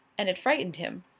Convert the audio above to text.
and it frightened him.